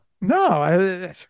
No